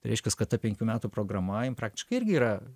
reiškias kad ta penkių metų programa jin praktiškai irgi yra